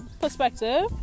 perspective